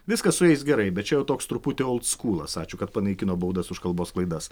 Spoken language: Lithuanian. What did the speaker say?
viskas su jais gerai bet čia toks truputį oldskūlas ačiū kad panaikino baudas už kalbos klaidas